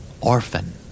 Orphan